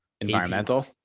Environmental